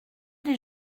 des